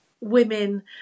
women